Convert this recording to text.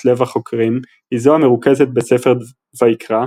לב החוקרים היא זו המרוכזת בספר ויקרא,